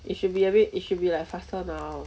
it should be a bit it should be like faster now